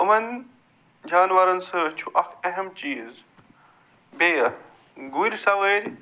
یِمن جانورن سۭتۍ چھُ اکھ اہم چیٖز بیٚیہِ گُرۍ سوٲرۍ